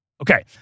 Okay